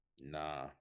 Nah